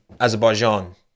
Azerbaijan